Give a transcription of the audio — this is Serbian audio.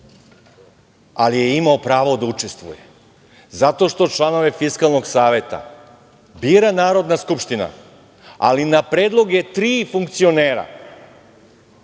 ali je imao pravo da učestvuje zato što članove Fiskalnog saveta bira Narodna skupština, ali na predloge tri funkcionera.